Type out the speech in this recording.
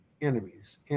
enemies